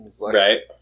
Right